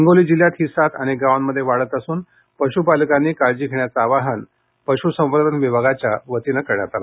हिंगोली जिल्ह्यात ही साथ अनेक गावांमध्ये वाढत असून पशुपालकांनी काळजी घेण्याचे आवाहन पश्संवर्धन विभागाच्या वतीने करण्यात आले